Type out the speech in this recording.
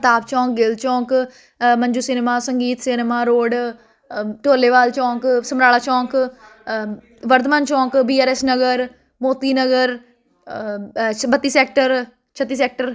ਪ੍ਰਤਾਪ ਚੌਂਕ ਗਿੱਲ ਚੌਂਕ Manju cinema Sangeet cinema road Dholewal ਚੌਂਕ ਸਮਰਾਲਾ ਚੌਂਕ ਵਰਧਮਾਨ ਚੌਂਕ B R S Nagar Moti Nagar ਸੰਪਤੀ ਸੈਕਟਰ ਛੱਤੀ ਸੈਕਟਰ